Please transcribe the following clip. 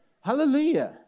Hallelujah